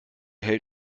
hält